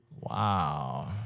Wow